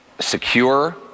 secure